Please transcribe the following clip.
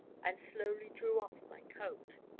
and slowly drew off my coat.